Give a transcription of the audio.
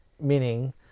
Meaning